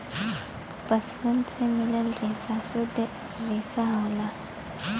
पसुअन से मिलल रेसा सुद्ध रेसा होला